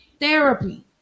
therapy